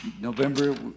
November